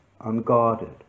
unguarded